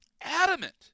adamant